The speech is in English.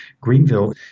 Greenville